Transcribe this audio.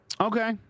Okay